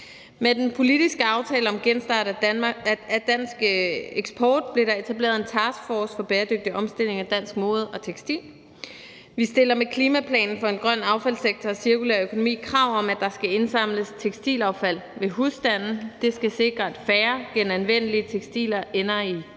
Med den politiske aftale om genstart af dansk eksport blev der etableret en taskforce for bæredygtig omstilling af Dansk Mode & Tekstil. Vi stiller med »Klimaplan for en grøn affaldssektor og cirkulær økonomi« krav om, at der skal indsamles tekstilaffald ved husstande. Det skal sikre, at færre genanvendelige tekstiler ender i